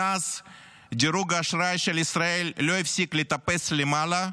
מאז דירוג האשראי של ישראל לא הפסיק לטפס למעלה,